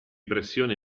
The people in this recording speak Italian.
pressione